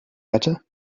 better